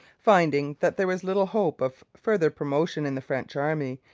finding that there was little hope of further promotion in the french army,